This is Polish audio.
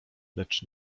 lecz